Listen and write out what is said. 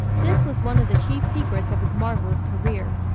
this was one of the chief secrets of his marvellous career.